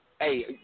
hey